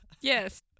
Yes